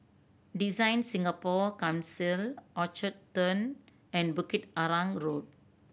DesignSingapore Council Orchard Turn and Bukit Arang Road